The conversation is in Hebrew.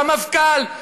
במפכ"ל.